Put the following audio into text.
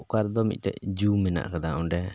ᱚᱠᱟ ᱨᱮ ᱫᱚ ᱢᱤᱫᱴᱮᱡ ᱡᱩ ᱢᱮᱱᱟᱜ ᱠᱟᱫᱟ ᱚᱸᱰᱮ